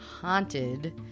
haunted